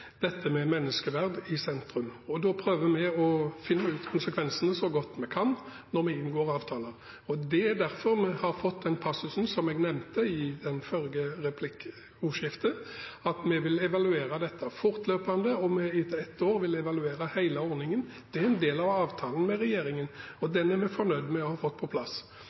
dette med menneskeverd i sentrum. Da prøver vi å finne ut om konsekvensene så godt vi kan når vi inngår avtaler. Det er derfor vi har fått den passusen som jeg nevnte i det forrige replikkordskiftet, at vi vil evaluere dette fortløpende, og etter ett år vil vi evaluere hele ordningen. Det er en del av avtalen med regjeringen. Den er vi fornøyd med å ha fått på plass.